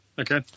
Okay